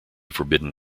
forbidden